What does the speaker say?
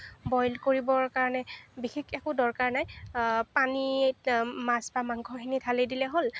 boil কৰিবৰ কাৰণে বিশেষ একো দৰকাৰ নাই পানীত মাছ বা মাংসখিনি ঢালি দিলেই হ'ল